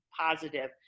positive